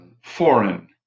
Foreign